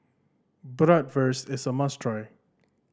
bratwurst is a must try